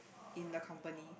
in the company